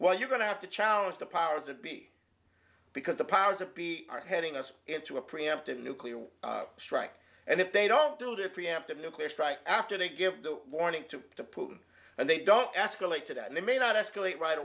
well you're going to have to challenge the powers that be because the powers that be are heading us into a preemptive nuclear strike and if they don't do the preemptive nuclear strike after they give the warning to to putin and they don't escalate to that and they may not escalate right